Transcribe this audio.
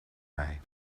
mij